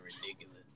ridiculous